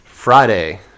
Friday